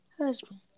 husband